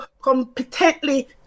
competently